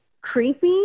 creepy